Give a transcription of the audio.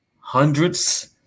hundreds